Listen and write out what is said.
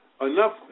enough